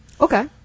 Okay